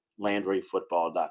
LandryFootball.com